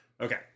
Okay